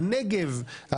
הנגב,